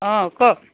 অঁ কওক